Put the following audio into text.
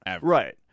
Right